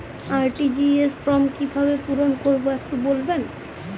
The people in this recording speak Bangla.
আর.টি.জি.এস ফর্ম কিভাবে পূরণ করবো একটু বলবেন?